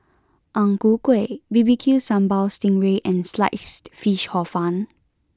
Ang Ku Kueh B B Q Sambal Sting Ray and Sliced Fish Hor Fun